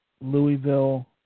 Louisville